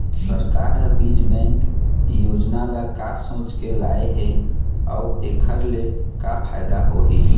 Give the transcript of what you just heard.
सरकार ह बीज बैंक योजना ल का सोचके लाए हे अउ एखर ले का फायदा होही?